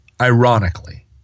ironically